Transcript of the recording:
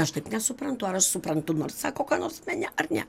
aš taip nesuprantu ar aš suprantu nors sako ką nors mene ar ne